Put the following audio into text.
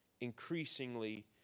increasingly